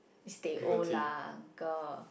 is teh O lah uncle